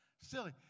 Silly